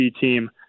team